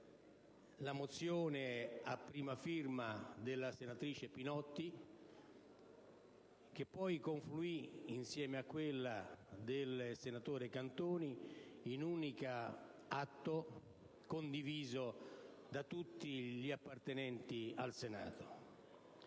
la mozione a prima firma della senatrice Pinotti, che poi confluì, insieme a quella del senatore Cantoni, in un unico atto, condiviso da tutti gli appartenenti al Senato.